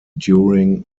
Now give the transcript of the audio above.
during